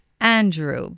Andrew